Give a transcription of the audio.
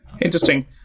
Interesting